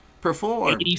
perform